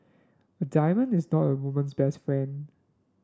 a diamond is not a woman's best friend